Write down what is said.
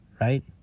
Right